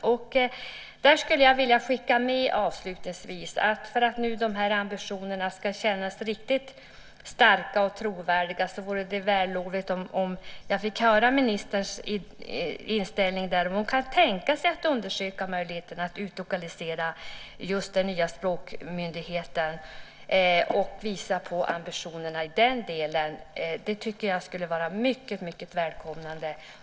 Avslutningsvis skulle jag vilja skicka med att det, för att de här ambitionerna ska kännas riktigt starka och trovärdiga, vore vällovligt att här få höra ministerns inställning, om hon kan tänka sig att undersöka möjligheterna att utlokalisera just den nya språkmyndigheten och visa på ambitionerna i den delen. Det tycker jag skulle vara mycket välkomnande.